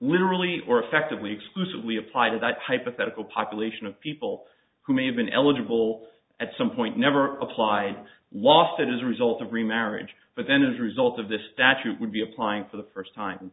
literally or effectively exclusively apply to that hypothetical population of people who may have been eligible at some point never applied lofted as a result of remarriage but then is a result of this statute would be applying for the first time